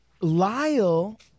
Lyle